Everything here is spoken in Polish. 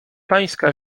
pańska